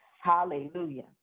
Hallelujah